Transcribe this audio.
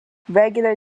regular